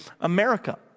America